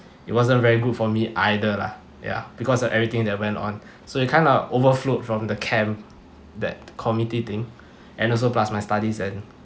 it wasn't very good for me either lah ya because of everything that went on so you kind of overflowed from the camp that committee thing and also plus my studies and